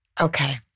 Okay